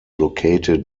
located